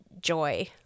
joy